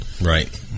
right